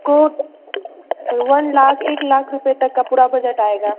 four one lakh एक लाख रूपये तक पूरा बजट आएगा